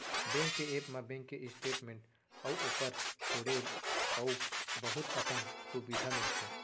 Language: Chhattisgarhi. बैंक के ऐप म बेंक के स्टेट मेंट अउ ओकर छोंड़े अउ बहुत अकन सुबिधा मिलथे